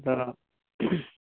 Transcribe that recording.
ᱟᱫᱚ